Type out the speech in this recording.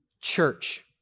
Church